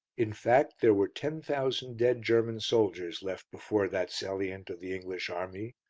in fact, there were ten thousand dead german soldiers left before that salient of the english army,